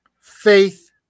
faith